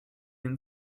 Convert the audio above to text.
and